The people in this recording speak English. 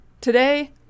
Today